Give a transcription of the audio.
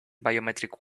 biometric